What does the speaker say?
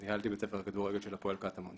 לא יכולים כי הם מחויבים לקבוצה שלהם,